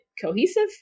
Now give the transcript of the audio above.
cohesive